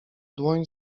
dłoń